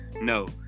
No